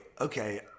okay